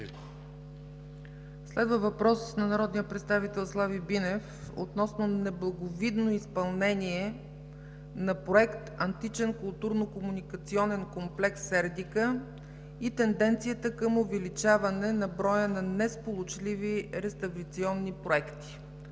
Следва въпрос на народния представител Слави Бинев относно неблаговидно изпълнение на Проект „Античен културно-комуникационен комплекс „Сердика” и тенденцията към увеличаване на броя на несполучливи реставрационни проекти.